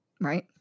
Right